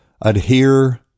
adhere